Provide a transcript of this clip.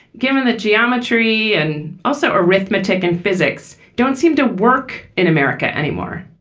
given the geometry and also arithmetic and physics don't seem to work in america anymore